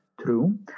true